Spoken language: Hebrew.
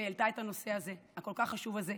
שהעלתה את הנושא הכל-כך חשוב הזה,